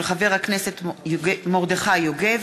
מאת חבר הכנסת מרדכי יוגב,